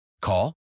Call